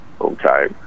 okay